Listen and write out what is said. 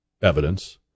evidence